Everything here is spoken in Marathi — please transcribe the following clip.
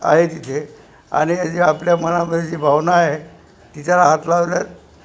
आहे तिथे आणि जे आपल्या मनामध्ये जी भावना आहे तिच्याला हात लावल्या